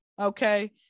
okay